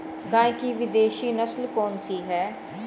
गाय की विदेशी नस्ल कौन सी है?